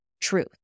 truth